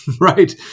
Right